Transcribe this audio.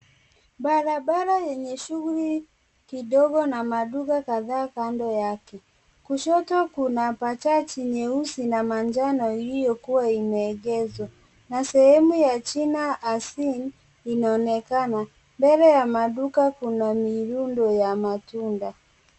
Barabara yenye shughuli kidogo na maduka kadhaa kando yake. Kushoto kuna bajaji nyeusi na manjano ilio kua imeegezwa na sehemu ya jina asili inaonekana mbele ya duka inaonekana. Mbele ya duka kuna matunda.